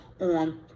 on